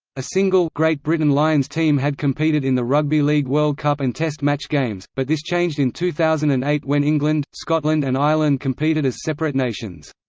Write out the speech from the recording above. a single great britain lions team had competed in the rugby league world cup and test match games, but this changed in two thousand and eight when england, scotland and ireland competed as separate nations.